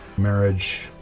marriage